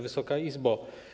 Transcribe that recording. Wysoka Izbo!